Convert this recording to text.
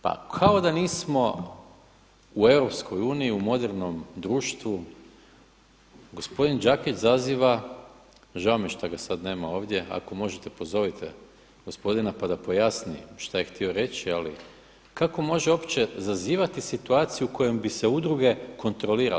Pa kao da nismo u EU u modernom društvu, gospodin Đakić zaziva, žao mi je šta ga sada nema ovdje, ako možete pozovite gospodina pa da pojasni šta je htio reći, ali kako može uopće zazivati situaciju kojom bi se udruge kontrolirale.